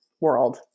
world